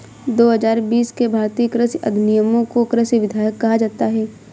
दो हजार बीस के भारतीय कृषि अधिनियमों को कृषि विधेयक कहा जाता है